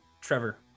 Trevor